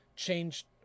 changed